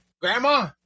grandma